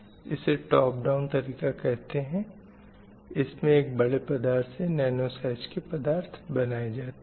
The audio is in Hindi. इसे टोप डाउन तरीक़ा कहतें हैं इसमें एक बड़े पदार्थ से नैनो साइज़ के पदार्थ बनाए जाते हैं